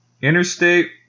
Interstate